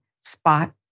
spot